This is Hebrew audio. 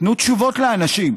תנו תשובות לאנשים.